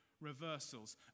reversals